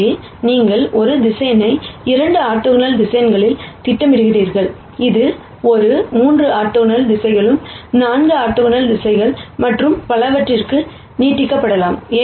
எனவே நீங்கள் ஒரு வெக்டார் 2 ஆர்த்தோகனல் திசைகளில் திட்டமிடுகிறீர்கள் இது 3 ஆர்த்தோகனல் திசைகளுக்கு 4 ஆர்த்தோகனல் திசைகள் மற்றும் பலவற்றிற்கு நீட்டிக்கப்படலாம்